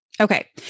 Okay